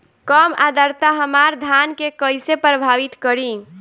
कम आद्रता हमार धान के कइसे प्रभावित करी?